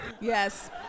Yes